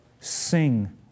Sing